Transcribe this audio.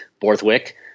Borthwick